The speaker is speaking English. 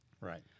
Right